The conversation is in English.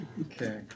Okay